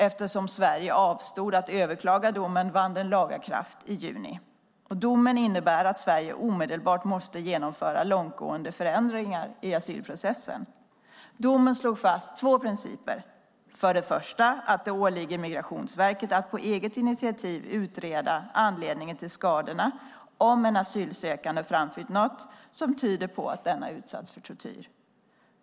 Eftersom Sverige avstod från att överklaga domen vann den laga kraft i juni. Domen innebär att Sverige omedelbart måste genomföra långtgående förändringar i asylprocessen. Domen slog fast två principer. Den första är att det åligger Migrationsverket att på eget initiativ utreda anledningen till skadorna om en asylsökande framför något som tyder på att denne har utsatts för tortyr.